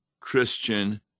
Christian